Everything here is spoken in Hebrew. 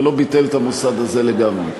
אבל לא ביטל את המוסד הזה לגמרי.